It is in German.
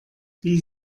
wie